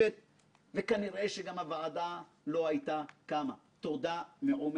תודה גם לחבריי חברי ועדת החקירה מכל קצוות הקשת הפוליטית: